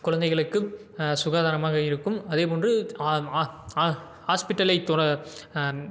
குழந்தைகளுக்கு சுகாதாரமாக இருக்கும் அதே போன்று ஆ ஆ ஆ ஹாஸ்பிட்டலை தொர